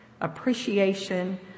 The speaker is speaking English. appreciation